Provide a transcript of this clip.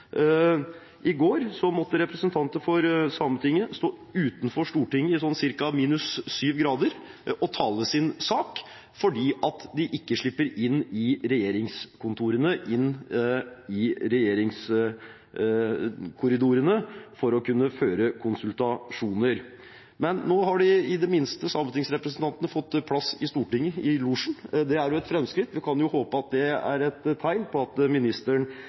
I går måtte representanter for Sametinget stå utenfor Stortinget i ca. sju minusgrader og tale sin sak fordi de ikke slipper inn i regjeringskorridorene for å kunne føre konsultasjoner. Nå har i det minste sametingsrepresentantene fått plass i Stortinget – i losjen. Det er jo et framskritt. Vi kan håpe at det er et tegn på at ministeren